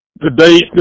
today